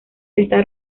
está